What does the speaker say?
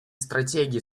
стратегии